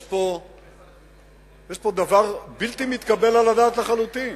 יש פה דבר בלתי מתקבל על הדעת לחלוטין.